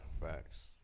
facts